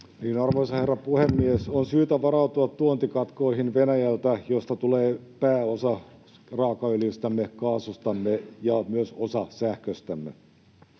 Arvoisa herra puhemies! On syytä varautua tuontikatkoihin Venäjältä, josta tulee pääosa raakaöljystämme ja kaasustamme ja myös osa sähköstämme.